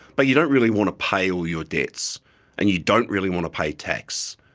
but you don't really want to pay all your debts and you don't really want to pay tax.